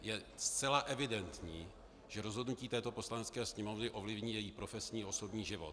Je zcela evidentní, že rozhodnutí této Poslanecké sněmovny ovlivní její profesní osobní život.